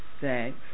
sex